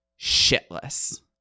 shitless